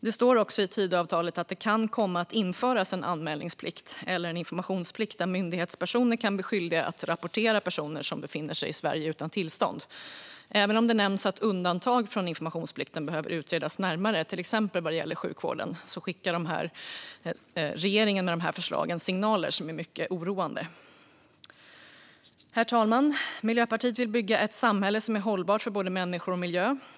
Det står också i Tidöavtalet att det kan komma att införas en anmälningsplikt eller en informationsplikt där myndighetspersoner kan bli skyldiga att rapportera personer som befinner sig i Sverige utan tillstånd. Även om det nämns att undantag från informationsplikten behöver utredas närmare till exempel när det gäller sjukvården skickar regeringen med de här förslagen signaler som är mycket oroande. Herr talman! Miljöpartiet vill bygga ett samhälle som är hållbart för både människor och miljö.